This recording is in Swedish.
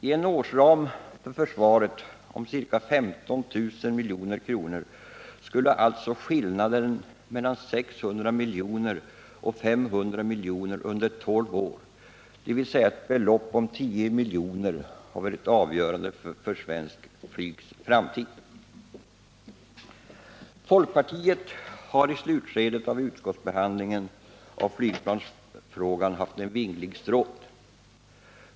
I en årsram för försvaret på ca 15 000 milj.kr. skulle alltså skillnaden mellan 600 milj.kr. och 500 milj.kr. under tolv år, dvs. ett belopp om 10 milj.kr., ha varit avgörande för svenskt flygs framtid. Folkpartiet har i slutskedet av utskottsbehandlingen av flygplansfrågan haft en vinglig stråt.